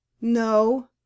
no